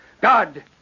God